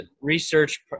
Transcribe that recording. research